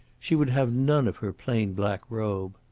she would have none of her plain black robe.